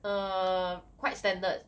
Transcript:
err quite standard